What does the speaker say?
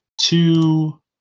Two